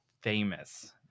famous